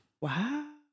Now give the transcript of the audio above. Wow